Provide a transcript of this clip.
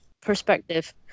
perspective